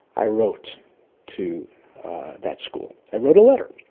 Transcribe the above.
i wrote to that school, i wrote a letter,